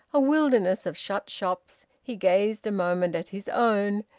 a wilderness of shut shops, he gazed a moment at his own,